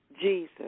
Jesus